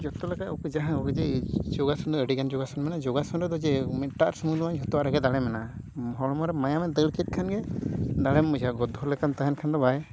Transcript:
ᱡᱚᱛᱚᱞᱮᱠᱟ ᱡᱟᱦᱟᱸ ᱚᱵᱤᱡᱮ ᱡᱚᱜᱟᱥᱚᱱ ᱫᱚ ᱟᱹᱰᱤᱜᱟᱱ ᱡᱚᱜᱟᱥᱚᱱ ᱢᱮᱱᱟᱜᱼᱟ ᱡᱚᱜᱟᱥᱚᱱ ᱨᱮᱫᱚ ᱡᱮ ᱢᱤᱫᱴᱟᱝ ᱥᱩᱢᱩᱝᱫᱚ ᱵᱟᱝ ᱡᱷᱚᱛᱚᱣᱟᱜ ᱨᱮᱜᱮ ᱫᱟᱲᱮ ᱢᱮᱱᱟᱜᱼᱟ ᱦᱚᱲᱢᱚᱨᱮ ᱢᱟᱭᱟᱢᱮ ᱫᱟᱹᱲᱠᱮᱫ ᱠᱷᱟᱱᱜᱮ ᱫᱟᱲᱮᱢ ᱵᱩᱡᱷᱟᱹᱣᱟ ᱜᱚᱫᱽᱫᱷᱚ ᱞᱮᱠᱟᱢ ᱛᱟᱦᱮᱱ ᱠᱷᱟᱱ ᱫᱚ ᱵᱟᱭ